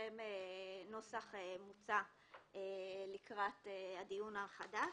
לפניכם נוסח מוצע לקראת הדיון החדש